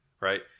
right